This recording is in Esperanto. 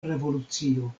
revolucio